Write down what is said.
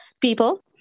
people